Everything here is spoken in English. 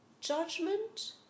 judgment